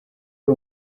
ari